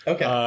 Okay